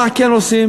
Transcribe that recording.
מה כן עושים?